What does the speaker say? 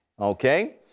Okay